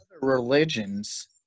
religions